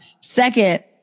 Second